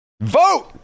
Vote